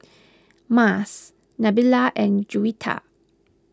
Mas Nabila and Juwita